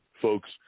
folks